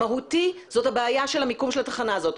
המהותי זאת הבעיה של המיקום של התחנה הזאת.